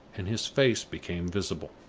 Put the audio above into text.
and his face became visible.